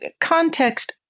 Context